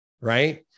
right